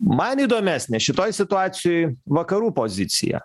man įdomesnė šitoj situacijoj vakarų pozicija